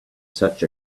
such